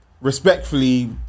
respectfully